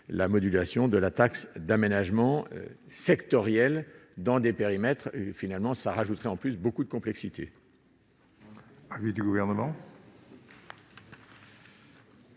la modulation de la taxe d'aménagement sectoriels dans des périmètres finalement ça rajouterait en plus beaucoup de complexité.